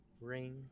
ring